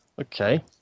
Okay